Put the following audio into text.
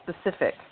specific